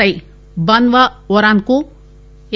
I బాన్వా ఒరాన్ కు ఏ